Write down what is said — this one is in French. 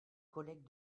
collègues